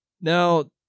Now